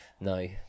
No